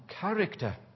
character